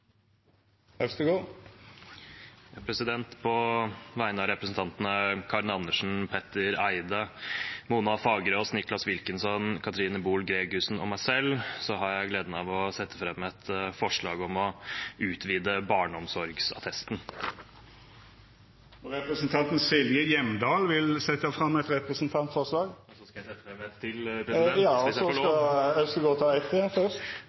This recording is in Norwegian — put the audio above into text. Øvstegård vil setja fram to representantforslag. På vegne av representantene Karin Andersen, Petter Eide, Mona Fagerås, Nicholas Wilkinson, Katrine Boel Gregussen og meg selv har jeg gleden av å sette fram et forslag om å utvide barneomsorgsattesten. I tillegg har jeg på vegne av representantene Kari Elisabeth Kaski, Lars Haltbrekken, Mona Fagerås, Solfrid Lerbrekk, Katrine Boel Gregussen og meg selv gleden av å sette fram et